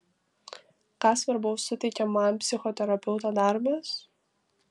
ką svarbaus suteikia man psichoterapeuto darbas